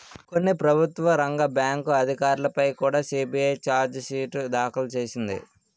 కొన్ని ప్రభుత్వ రంగ బ్యాంకు అధికారులపై కుడా సి.బి.ఐ చార్జి షీటు దాఖలు చేసింది